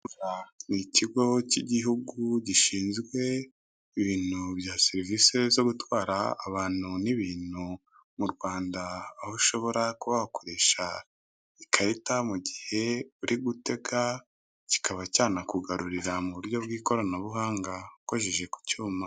Ni ikigo cy'igihugu gishinzwe ibintu bya serivisi zo gutwara abantu n'ibintu mu Rwanda aho ushobora kuba wakoresha ikarita mu gihe uri gutega, kikaba cyanakugarurira mu buryo bw'ikoranabuhanga ukoreshejeje ku cyuma.